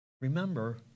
Remember